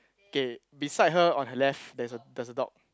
okay beside her on her left there's a there's a dog